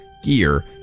gear